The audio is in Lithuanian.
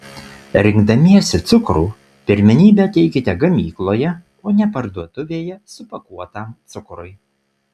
rinkdamiesi cukrų pirmenybę teikite gamykloje o ne parduotuvėje supakuotam cukrui